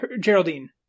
Geraldine